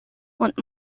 und